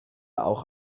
auch